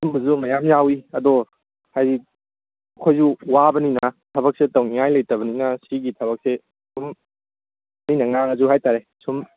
ꯑꯗꯨꯒꯨꯝꯕꯁꯨ ꯃꯌꯥꯝ ꯌꯥꯎꯏ ꯑꯗꯣ ꯍꯥꯏꯕꯗꯤ ꯑꯩꯈꯣꯏꯁꯨ ꯋꯥꯕꯅꯤꯅ ꯊꯕꯛꯁꯦ ꯇꯧꯅꯤꯡꯉꯥꯏ ꯂꯩꯇꯕꯅꯤꯅ ꯁꯤꯒꯤ ꯊꯕꯛꯁꯦ ꯁꯨꯝ ꯊꯤꯅ ꯉꯥꯡꯉꯁꯨ ꯍꯥꯏꯕ ꯇꯥꯔꯦ ꯁꯨꯝ